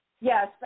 Yes